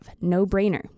no-brainer